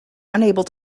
unable